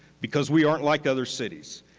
because we aren't like other cities.